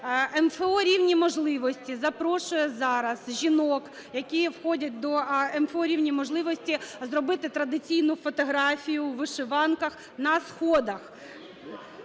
МФО "Рівні можливості" запрошує зараз жінок, які входять до МФО "Рівні можливості", зробити традиційну фотографію у вишиванках на сходах.